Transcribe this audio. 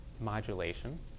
modulation